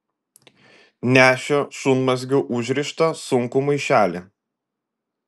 nešė šunmazgiu užrištą sunkų maišelį